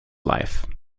life